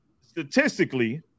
statistically